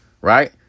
right